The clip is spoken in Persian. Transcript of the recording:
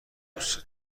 دوست